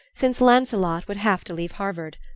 since lancelot would have to leave harvard.